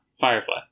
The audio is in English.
Firefly